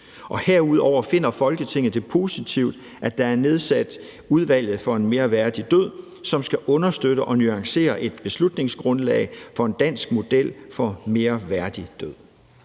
Herudover finder Folketinget det positivt, at der er nedsat Udvalget for en mere værdig død, som skal understøtte og nuancere et beslutningsgrundlag for en dansk model for en mere værdig død.«